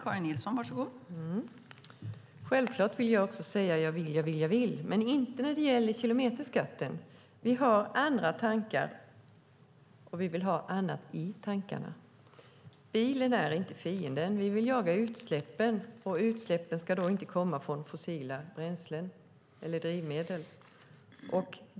Fru talman! Självklart vill jag också säga att jag vill, jag vill, men inte när det gäller kilometerskatten. Vi har andra tankar, och vi vill ha annat i tankarna. Bilen är inte fienden. Vi vill jaga utsläppen, och utsläppen ska då inte komma från fossila bränslen eller drivmedel.